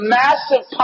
massive